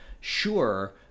sure